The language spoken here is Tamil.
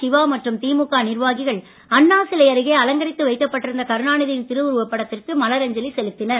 சிவா மற்றும் திமுக நிர்வாகிகள் அண்ணா சிலை அருகே அலங்கரித்து வைக்கப் பட்டிருந்த கருணாநிதி யின் திருஉருவப் படத்திற்கு மலர் அஞ்சலி செலுத்தினர்